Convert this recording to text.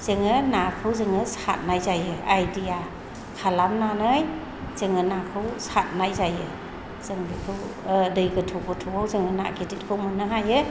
जोङो नाखौ जोङो सारनाय जायो आइडिया खालामनानै जोङो नाखौ सारनाय जायो जों बेखौ दै गोथौ गोथौआव जोङो ना गिदिरखौ मोननो हायो